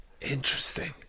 interesting